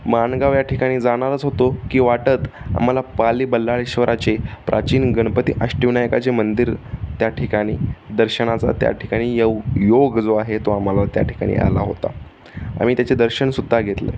माणगाव या ठिकाणी जाणारच होतो की वाटेत आम्हाला पाली बल्लाळेश्वराचे प्राचीन गणपती अष्टविनायकाचे मंदिर त्या ठिकाणी दर्शनाचा त्या ठिकाणी योग योग जो आहे तो आम्हाला त्या ठिकाणी आला होता आम्ही त्याचे दर्शन सुद्धा घेतलं आहे